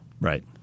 Right